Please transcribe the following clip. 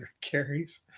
carries